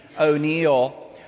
O'Neill